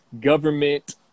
government